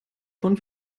von